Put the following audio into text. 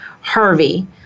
Harvey